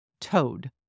Toad